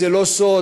זה לא סוד,